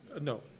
No